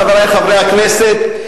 חברי חברי הכנסת,